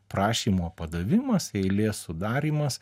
prašymo padavimas eilės sudarymas